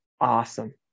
awesome